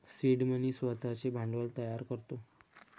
seed money स्वतःचे भांडवल तयार करतो